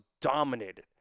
dominated